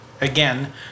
again